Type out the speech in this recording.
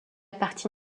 partie